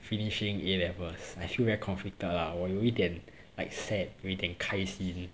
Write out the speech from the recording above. finishing A levels I feel very conflicted 啦我有一点 like sad 有一点开心